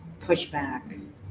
pushback